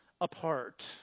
apart